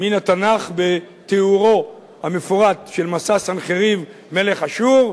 מן התנ"ך בתיאורו המפורט של מסע סנחריב מלך אשור,